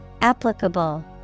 Applicable